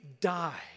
die